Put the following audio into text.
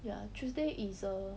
ya tuesday is err